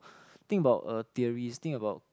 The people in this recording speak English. think about uh theories think about